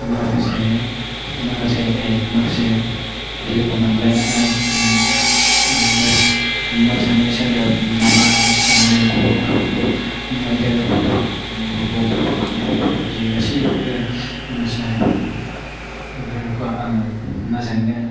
माखासे लोगो मोनलायनाय मोसानि सोदोब नामा साननानै गल'आ बेखौ मैदेर बेफोर बुक आव फोरमायनाय बेफोरबायदि गासैबो सिनारिफोरखौ आङो मोजाङैनो